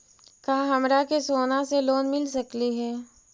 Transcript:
का हमरा के सोना से लोन मिल सकली हे?